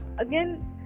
again